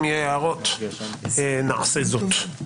ואם יהיה הערות נעשה זאת.